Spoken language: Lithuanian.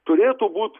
turėtų būt